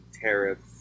tariffs